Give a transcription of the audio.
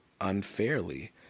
unfairly